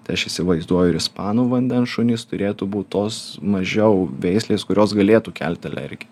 tai aš įsivaizduoju ir ispanų vandens šunys turėtų būt tos mažiau veislės kurios galėtų kelti alergiją